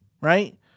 right